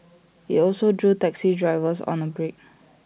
IT also drew taxi drivers on A break